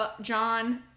John